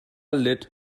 lid